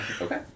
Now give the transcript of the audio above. Okay